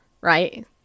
right